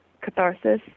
catharsis